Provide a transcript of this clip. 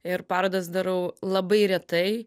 ir parodas darau labai retai